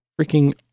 freaking